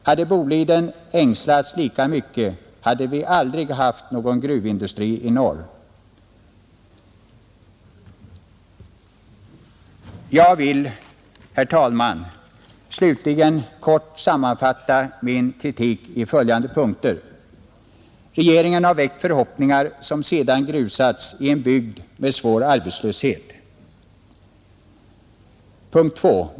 Hade Boliden ängslats lika mycket hade vi aldrig haft någon gruvindustri i norr.” Jag vill, herr talman, slutligen kort sammanfatta min kritik i följande punkter: 1. Regeringen har väckt förhoppningar, som sedan grusats, i en bygd med svår arbetslöshet. 2.